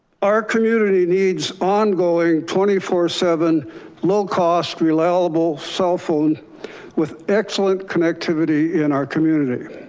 our community needs ongoing twenty four seven low cost reliable cell phone with excellent connectivity in our community.